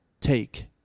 Take